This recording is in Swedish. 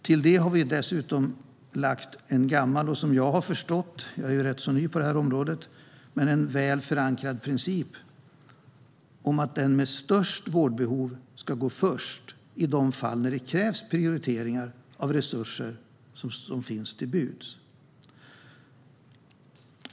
Till det har vi dessutom lagt en gammal och som jag har förstått det - jag är rätt ny på detta område - väl förankrad princip om att den med störst vårdbehov ska gå först i de fall där det krävs prioriteringar av de resurser som står till buds.